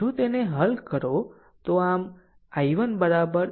જો તેને હલ કરો તો આમ i1 4